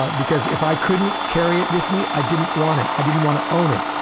ah because if i couldn't carry it with me i didn't want it. i didn't want to own it.